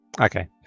Okay